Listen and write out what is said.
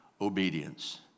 obedience